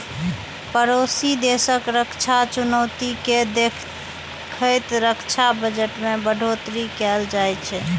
पड़ोसी देशक रक्षा चुनौती कें देखैत रक्षा बजट मे बढ़ोतरी कैल जाइ छै